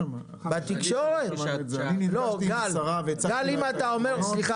אם אתה אומר משהו